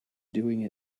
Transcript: doing